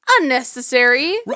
Unnecessary